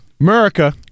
America